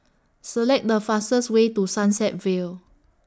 Select The fastest Way to Sunset Vale